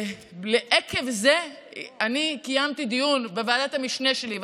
עקב זה אני קיימתי דיון בוועדת המשנה שלי,